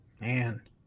Man